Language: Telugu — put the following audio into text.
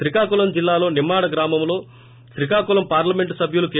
శ్రీకాకుళం జిల్లాలో నిమ్మాడ్ గ్రామంలో శ్రీకాకుళం పార్లమెంట్ సభ్యులు కె